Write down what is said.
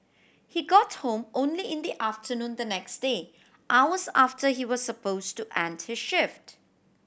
he got home only in the afternoon the next day hours after he was suppose to end his shift